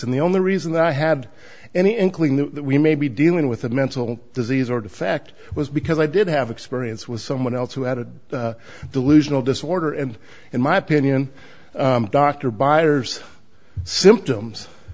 and the only reason that i had any inkling that we may be dealing with a mental disease or defect was because i did have experience with someone else who had a delusional disorder and in my opinion dr byers symptoms